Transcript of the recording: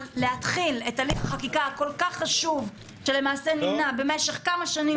להתחיל את הליך החקיקה הכל כך חשוב שנמנע משך כמה שנים טובות.